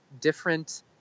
different